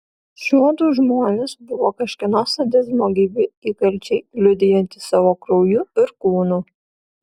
šiuodu žmonės buvo kažkieno sadizmo gyvi įkalčiai liudijantys savo krauju ir kūnu